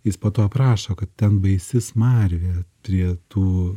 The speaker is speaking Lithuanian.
jis po to aprašo kad ten baisi smarvė prie tų